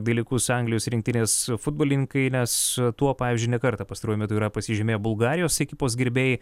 dalykus anglijos rinktinės futbolininkai nes tuo pavyzdžiui ne kartą pastaruoju metu yra pasižymėję bulgarijos ekipos gerbėjai